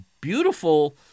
beautiful